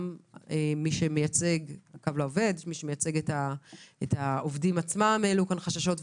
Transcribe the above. גם מי שמייצג את העובדים עצמם קו לעובד העלו כאן חששות.